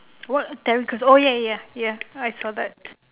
what terry crews oh ya ya ya ya I saw that